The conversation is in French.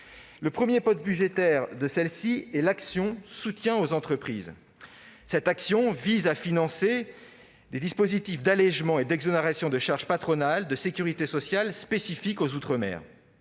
le premier poste budgétaire de celle-ci est l'action Soutien aux entreprises, qui vise à financer les dispositifs d'allégements et d'exonérations de charges patronales de sécurité sociale spécifiques aux outre-mer.